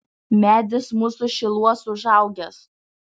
medis mūsų šiluos užaugęs